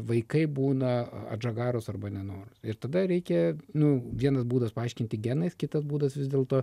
vaikai būna atžagarūs arba nenori ir tada reikia nu vienas būdas paaiškinti genais kitas būdas vis dėlto